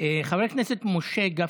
חבר הכנסת משה גפני,